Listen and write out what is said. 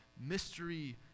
mystery